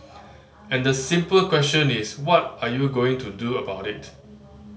and the simple question is what are you going to do about it